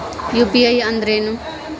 UPI ಅಂದ್ರೇನು?